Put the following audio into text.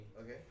Okay